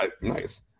Nice